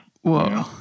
Whoa